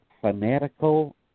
fanatical